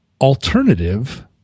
alternative